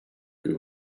you